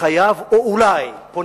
או אולי פונה לכיוון אחר?